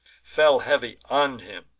fell heavy on him,